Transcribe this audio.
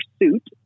pursuit